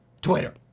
Twitter